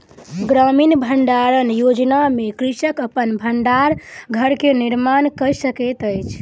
ग्रामीण भण्डारण योजना में कृषक अपन भण्डार घर के निर्माण कय सकैत अछि